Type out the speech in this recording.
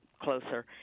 closer